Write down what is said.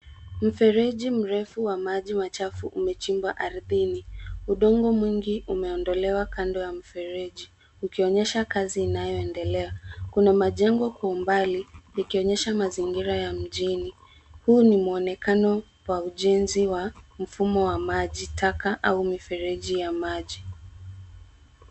Mfereji mrefu wa maji machafu umechimbwa ardhini. Udongo mwingi umeondolewa kando ya mfereji, ukionyesha kazi inayoendelea. Kuna majengo kwa umbali, ikionyesha mazingira ya mjini. Huu ni muonekano wa ujenzi wa mfumo wa maji taka au mifereji ya maji.